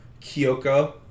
Kyoko